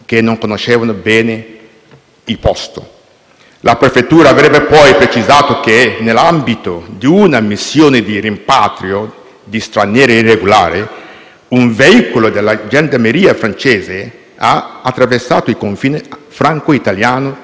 la Prefettura avrebbe poi precisato che, nell'ambito di una missione di rimpatrio di stranieri irregolari, un veicolo della gendarmeria francese avrebbe attraversato il confine franco-italiano in direzione di Clavière,